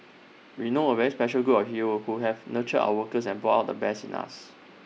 we know A very special girl heroes who have nurtured our workers and brought out the best in us